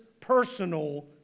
personal